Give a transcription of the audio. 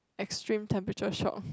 extreme temperature shock